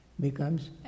becomes